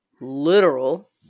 literal